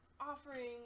offering